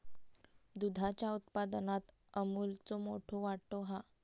दुधाच्या उत्पादनात अमूलचो मोठो वाटो हा